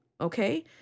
Okay